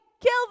kill